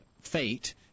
fate